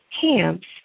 camps